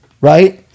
right